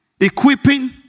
equipping